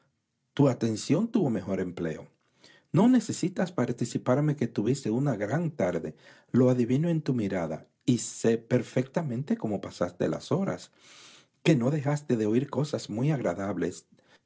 tu atención tuvo mejor empleo no necesitas participarme que tuviste una gran tarde lo adivino en tu mirada sé perfectamente cómo pasaste las horas que no dejaste de oír cosas muy agradables